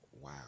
wow